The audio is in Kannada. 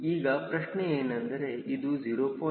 ಈಗ ಪ್ರಶ್ನೆಯೇನೆಂದರೆ ಇದು 0